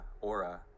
aura